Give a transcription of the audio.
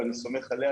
ואני סומך עליה,